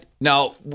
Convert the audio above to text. Now